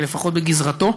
לפחות בגזרתו.